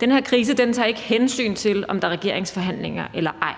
Den her krise tager ikke hensyn til, om der er regeringsforhandlinger eller ej.